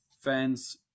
fans